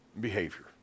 behavior